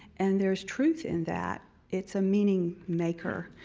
and there's truth in that, it's a meaning maker.